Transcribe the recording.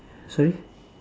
sorry